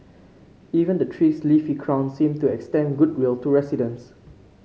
even the tree's leafy crown seemed to extend goodwill to residents